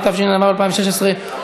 התשע"ו 2016,